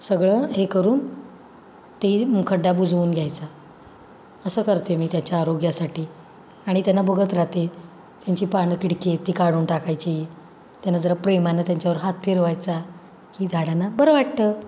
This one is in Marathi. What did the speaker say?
सगळं हे करून ते मु खड्डा बुजवून घ्यायचा असं करते मी त्याच्या आरोग्यासाठी आणि त्यांना बघत राहते त्यांची पानं किडकी आहेत ती काढून टाकायची त्यांना जरा प्रेमानं त्यांच्यावर हात फिरवायचा की झाडांना बरं वाटतं